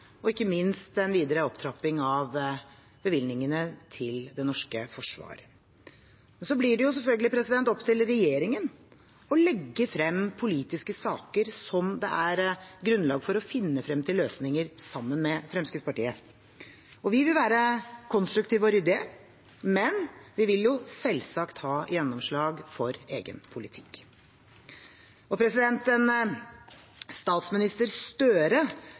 og ikke minst en videre opptrapping av bevilgningene til det norske Forsvaret. Så blir det selvfølgelig opp til regjeringen å legge frem politiske saker som det er grunnlag for å finne frem til løsninger på sammen med Fremskrittspartiet. Vi vil være konstruktive og ryddige, men vi vil selvsagt ha gjennomslag for egen politikk. En statsminister Gahr Støre